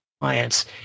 clients